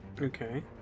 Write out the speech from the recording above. Okay